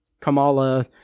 Kamala